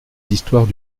histoires